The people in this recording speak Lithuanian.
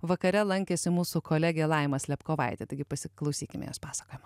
vakare lankėsi mūsų kolegė laima slėpkovaitė taigi pasiklausykime jos pasakojimo